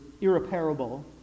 irreparable